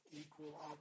equal